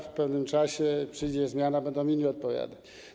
W pewnym czasie przyjdzie zmiana, będą inni odpowiadać.